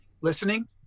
listening